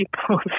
people